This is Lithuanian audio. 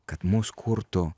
kad mus kurtų